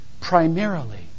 primarily